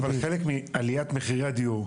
אבל חלק מעליית מחירי הדיור,